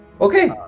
Okay